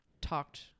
talked